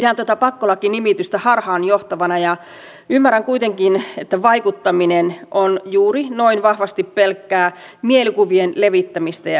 pidän tuota pakkolaki nimitystä harhaanjohtavana ja ymmärrän kuitenkin että vaikuttaminen on juuri noin vahvasti pelkkää mielikuvien levittämistä ja viestintää